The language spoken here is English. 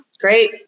great